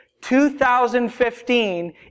2015